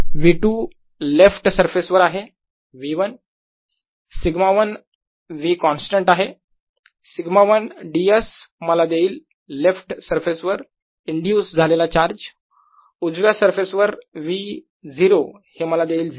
V2 left surface वर आहे V σ1 V constant आहे σ1 ds मला देईल लेफ्ट सरफेस वर इंड्यूस झालेला चार्ज उजव्या सरफेस वर V 0 हे मला देईल 0